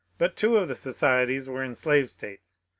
but two of the societies were in slave states,